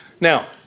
Now